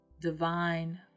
divine